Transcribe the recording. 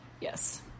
Yes